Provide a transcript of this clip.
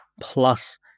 plus